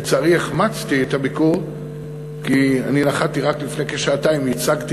לצערי החמצתי את הביקור כי אני נחתתי רק לפני כשעתיים שכן ייצגתי